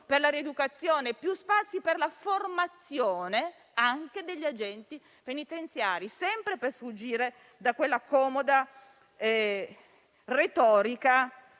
la rieducazione e per la formazione anche degli agenti penitenziari, sempre per sfuggire dalla comoda retorica